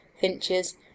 finches